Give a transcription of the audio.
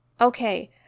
Okay